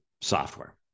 software